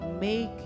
make